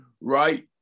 right